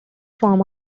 form